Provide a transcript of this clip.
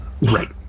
Right